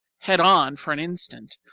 head on for an instant,